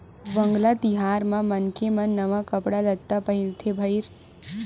वांगला तिहार म मनखे मन नवा कपड़ा लत्ता पहिरथे भईर